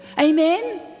Amen